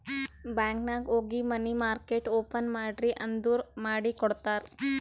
bank ನಾಗ್ ಹೋಗಿ money market open ಮಾಡ್ರಿ ಅಂದುರ್ ಮಾಡಿ ಕೊಡ್ತಾರ್